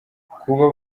kuba